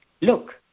Look